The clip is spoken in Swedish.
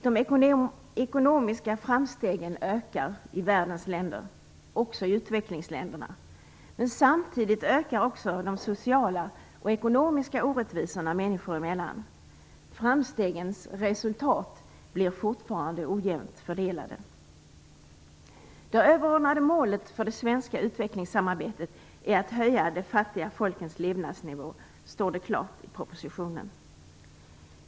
Herr talman! De ekonomiska framstegen ökar i världens länder, också i utvecklingsländerna. Men samtidigt ökar även de sociala och ekonomiska orättvisorna människor emellan. Framstegens resultat blir fortfarande ojämnt fördelade. Det överordnade målet för det svenska utvecklingssamarbetet är att höja de fattiga folkens levnadsnivå, står det klart i propositionen.